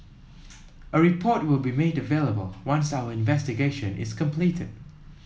a report will be made available once our investigation is completed